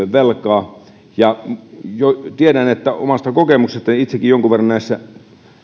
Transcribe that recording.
velkaa tiedän omasta kokemuksestani kun itsekin jonkun verran näissä